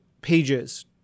pages